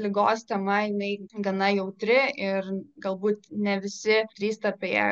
ligos tema jinai gana jautri ir galbūt ne visi drįsta apie ją